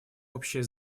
общее